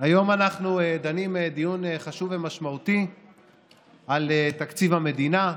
היום אנחנו דנים דיון חשוב ומשמעותי על תקציב המדינה.